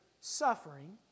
suffering